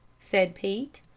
said pete.